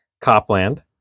Copland